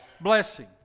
blessing